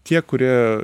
tie kurie